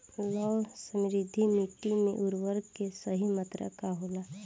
लौह समृद्ध मिट्टी में उर्वरक के सही मात्रा का होला?